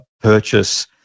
purchase